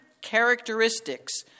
characteristics